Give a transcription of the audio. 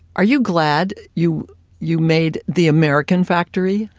are you glad you you made the american factory?